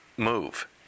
move